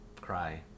cry